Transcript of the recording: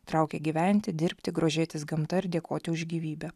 traukia gyventi dirbti grožėtis gamta ir dėkoti už gyvybę